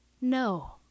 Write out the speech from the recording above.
No